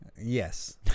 Yes